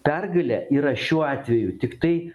pergalė yra šiuo atveju tiktai